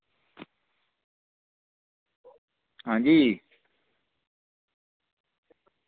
हां जी